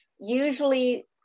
usually